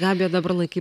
gabija dabar laikai